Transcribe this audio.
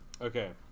Okay